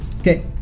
Okay